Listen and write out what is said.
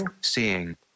Seeing